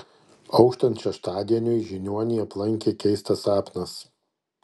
auštant šeštadieniui žiniuonį aplankė keistas sapnas